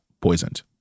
poisoned